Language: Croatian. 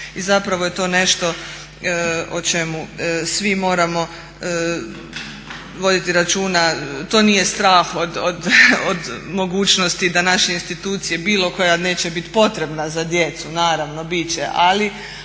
i zapravo je to nešto o čemu svi moramo voditi računa. To nije strah od mogućnosti da naše institucije, bilo koja neće biti potrebna za djecu, naravno biti će, ali